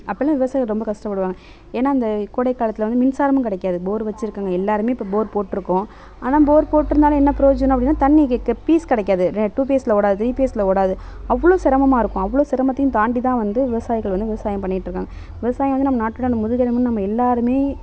அப்போலாம் விவசாயிகள் ரொம்ப கஷ்டப்படுவாங்க ஏன்னா அந்த கோடைக்காலத்தில் வந்து மின்சாரமும் கிடைக்காது போர் வச்சிருக்கிறவங்க எல்லாருமே இப்போ போர் போட்டிருக்கோம் ஆனால் போர் போட்டிருந்தாலும் என்ன ப்ரோஜனம் அப்படின்னா தண்ணிக்கு பீஸ் கிடைக்காது டூபீஸில் ஓடாது த்ரீபீஸில் ஓடாது அவ்வளோ சிரமமா இருக்கும் அவ்வளோ சிரமத்தையும் தாண்டிதான் வந்து விவசாயிகள் வந்து விவசாயம் பண்ணிகிட்டுருக்காங்க விவசாயம் வந்து நம் நாட்டோடய முதுகெலும்புனு நம்ம எல்லாருமே